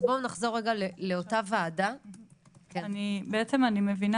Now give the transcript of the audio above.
אז בואו נחזור רגע לאותה ועדה.מעשבנעשב בעצם אני מבינה